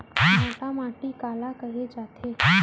भांटा माटी काला कहे जाथे?